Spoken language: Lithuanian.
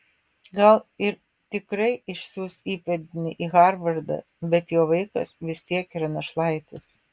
gal ir tikrai išsiųs įpėdinį į harvardą bet jo vaikas vis tiek yra našlaitis